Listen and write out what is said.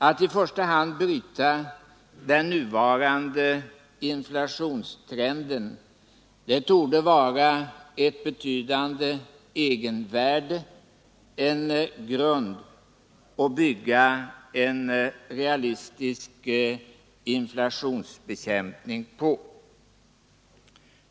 Att i första hand bryta den nuvarande inflationstrenden torde vara ett betydande egenvärde, ett betydande egenvärde, en grund att bygga en realistisk inflationsbekämpning på.